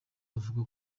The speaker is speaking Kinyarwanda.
avuga